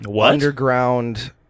underground